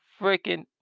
freaking